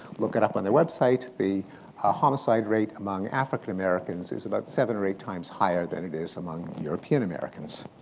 look it up on their website. the homicide rate among african americans is about seven or eight times higher than it is among european americans.